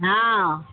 हँ